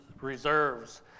reserves